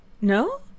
No